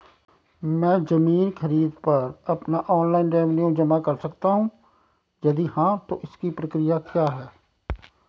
मैं ज़मीन खरीद पर अपना ऑनलाइन रेवन्यू जमा कर सकता हूँ यदि हाँ तो इसकी प्रक्रिया क्या है?